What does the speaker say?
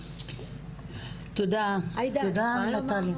תודה, תודה נטליה.